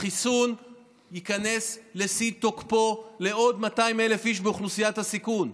החיסון ייכנס לשיא תוקפו לעוד 200,000 איש באוכלוסיית הסיכון.